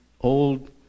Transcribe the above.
old